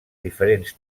diferents